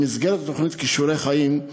במסגרת התוכנית "כישורי חיים",